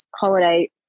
holiday